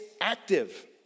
active